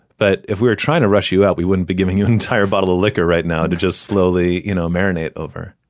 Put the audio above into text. but if we were trying to rush you out, we wouldn't be giving you an entire bottle of liquor right now to just slowly you know marinate over